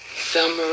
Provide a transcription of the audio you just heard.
summer